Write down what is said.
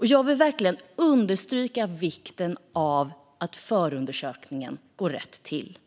är. Jag vill därför understryka vikten av att förundersökningar går rätt till.